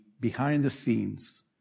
behind-the-scenes